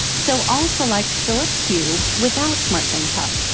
so i'll select philips hue without smartthings hub.